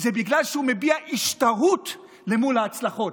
זה בגלל שהוא מביע השתאות למול ההצלחות.